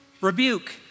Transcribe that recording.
Rebuke